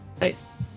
Nice